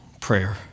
Prayer